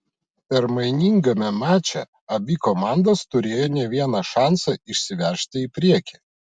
permainingame mače abi komandos turėjo ne vieną šansą išsiveržti į priekį